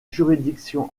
juridiction